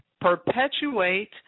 Perpetuate